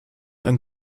ein